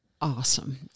awesome